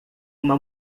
uma